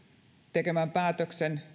tekemään päätöksen